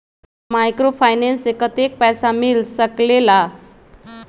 Microfinance से कतेक पैसा मिल सकले ला?